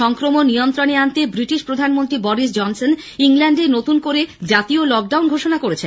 সংক্রমণ নিয়ন্ত্রণে ব্রিটিশ প্রধানমন্ত্রী বরিস জনসন ইংল্যান্ডে নতুন করে জাতীয় লকডাউন ঘোষণা করেছেন